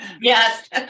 Yes